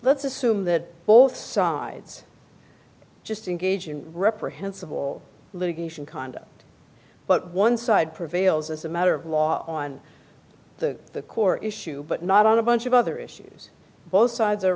let's assume that both sides just engage in reprehensible litigation conduct but one side prevails as a matter of law on the core issue but not on a bunch of other issues both sides are